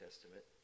testament